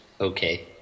okay